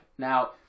Now